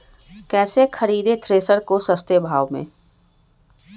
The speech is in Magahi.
कैसे खरीदे थ्रेसर को सस्ते भाव में?